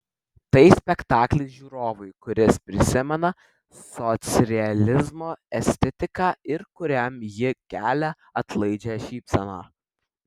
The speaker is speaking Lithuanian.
tai spektaklis žiūrovui kuris prisimena socrealizmo estetiką ir kuriam ji kelia atlaidžią šypseną